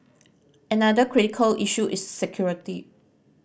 another critical issue is security